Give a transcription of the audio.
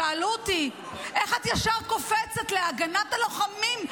שאלו אותי: איך את ישר קופצת להגנת הלוחמים?